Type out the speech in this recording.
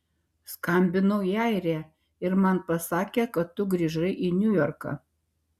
skambinau į airiją ir man pasakė kad tu grįžai į niujorką